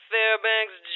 Fairbanks